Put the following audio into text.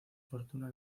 fortuna